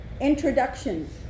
Introductions